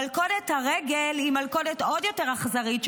מלכודת הרגל היא מלכודת עוד יותר אכזרית,